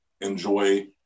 enjoy